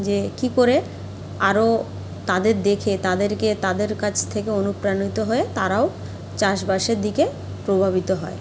যে কী করে আরও তাদের দেখে তাদেরকে তাদের কাছ থেকে অনুপ্রাণিত হয়ে তারাও চাষবাসের দিকে প্রভাবিত হয়